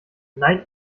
nein